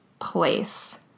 place